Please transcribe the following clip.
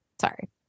sorry